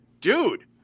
dude